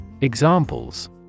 Examples